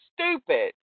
stupid